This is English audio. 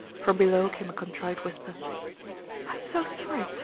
from below came a contrite whisper i'm so sorry!